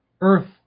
earth